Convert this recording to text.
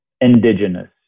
indigenous